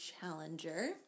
challenger